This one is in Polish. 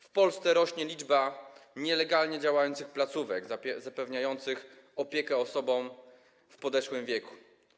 W Polsce rośnie liczba nielegalnie działających placówek zapewniających opiekę osobom w podeszłym wieku.